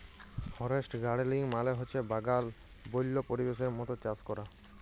forest গাড়েলিং মালে হছে বাগাল বল্য পরিবেশের মত চাষ ক্যরা